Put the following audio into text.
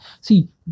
See